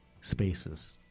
spaces